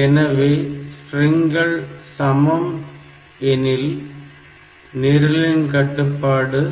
எனவே ஸ்ட்ரிங்கள் சமம் எனில் நிரலின் கட்டுப்பாடு